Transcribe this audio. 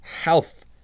health